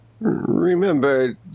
Remember